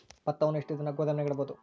ಭತ್ತವನ್ನು ಎಷ್ಟು ದಿನ ಗೋದಾಮಿನಾಗ ಇಡಬಹುದು?